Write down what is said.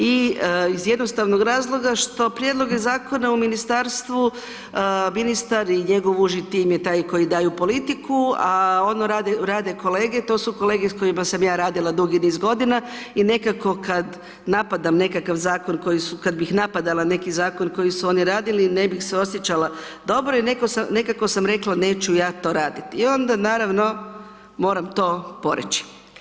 I iz jednostavnog razloga što prijedloge zakona u Ministarstvu ministar i njegovi uži tim je taj koji daju politiku, a ono rade kolege, to su kolege s kojima sam ja radila dugi niz godina i nekako kad napadam nekakav Zakon, kad bih napadala neki Zakon koji su oni radili, ne bih se osjećala dobro i nekako sam rekla neću ja to raditi i onda naravno, moram to poreći.